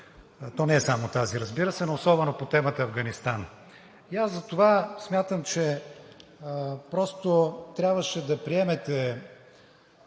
то не е само тази, разбира се, но особено по темата Афганистан. И аз затова смятам, че просто трябваше да приемете